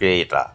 Creta